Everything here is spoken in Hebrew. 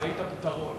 אז זיהית את הפתרון,